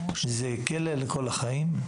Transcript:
שזה כלא לכל החיים,